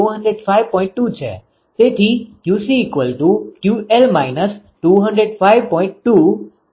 તમે તેને આમાંથી બાદ કરો